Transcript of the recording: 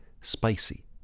spicy